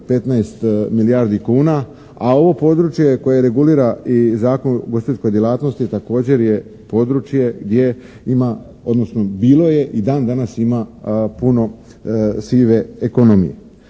15 milijardi kuna. A ovo područje koje regulira i Zakon o ugostiteljskoj djelatnosti također je područje gdje ima, odnosno bilo je i dan danas ima puno sive ekonomije.